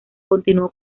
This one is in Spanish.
continuó